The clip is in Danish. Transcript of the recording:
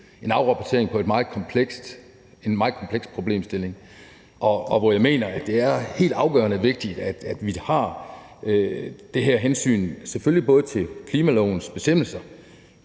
en afrapportering på en meget kompleks problemstilling, hvor jeg mener, at det er helt afgørende vigtigt, at vi har det her hensyn, selvfølgelig både til klimalovens bestemmelser